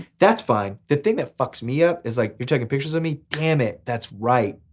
that's fine. the thing that fucks me up, is like you're taking pictures of me? damn it that's right,